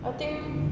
I think